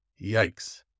Yikes